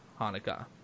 Hanukkah